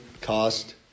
cost